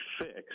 fixed